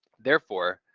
therefore,